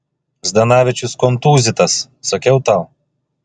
zdanavičius kontūzytas sakiau tau